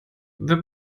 wenn